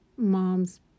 moms